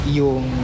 yung